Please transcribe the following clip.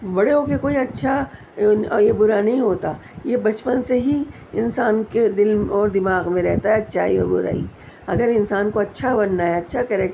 بڑے کوکے کوئی اچھا یا برا نہیں ہوتا یہ بچپن سے ہی انسان کے دل اور دماغ میں رہتا ہے اچھائی و برائی اگر انسان کو اچھا بننا ہے اچھا کرے